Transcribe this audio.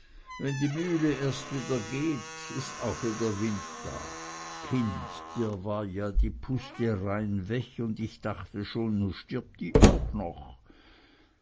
wenn die mühle erst wieder geht is auch wieder wind da kind dir war ja die puste reine weg un ich dachte schon nu stirbt die auch noch